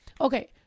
okay